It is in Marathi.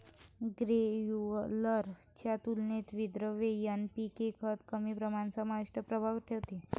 ग्रेन्युलर च्या तुलनेत विद्रव्य एन.पी.के खत कमी प्रमाणात समान प्रभाव ठेवते